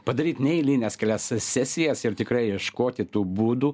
padaryt neeilines kelias sesijas ir tikrai ieškoti tų būdų